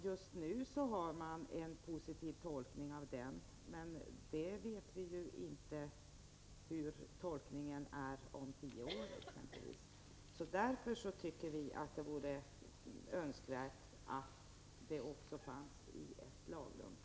Just nu har man en positiv tolkning av den, men vi vet ju inte hur tolkningen är om tio år. Därför tycker vi att det vore önskvärt att tolkningen också fanns i ett lagrum.